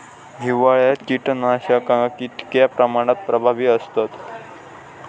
हिवाळ्यात कीटकनाशका कीतक्या प्रमाणात प्रभावी असतत?